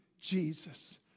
Jesus